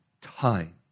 Time